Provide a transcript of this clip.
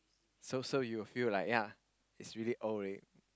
so so you you will feel like ya is really old already